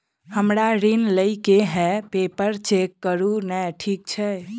हमरा ऋण लई केँ हय पेपर चेक करू नै ठीक छई?